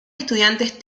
estudiantes